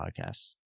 podcasts